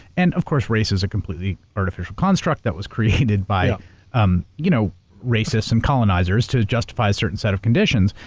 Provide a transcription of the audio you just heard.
and of course, race is a completely artificial construct that was created by um you know racists and colonizers to justify a certain set of conditions.